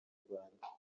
rwanda